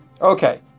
Okay